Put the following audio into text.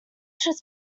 should